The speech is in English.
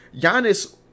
Giannis